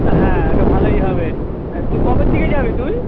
হ্যাঁ এটা ভালোই হবে তুই কবের দিকে যাবি তুই